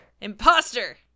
Imposter